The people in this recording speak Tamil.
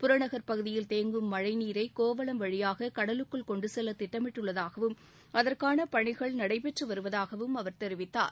புறநக் பகுதியில் தேங்கும் மழைநீரை கோவளம் வழியாக கடலுக்குள் கொண்டுச் செல்ல திட்டமிட்டுள்ளதாகவும் அதற்கான பணிகள் நடைபெற்று வருவதாகவும் அவர் தெரிவித்தார்